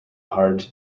hard